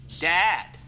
dad